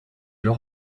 leur